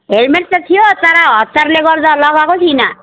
helmet त थियो तर हतारले गर्दा लगाएकै थिइनँ